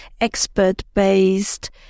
expert-based